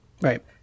Right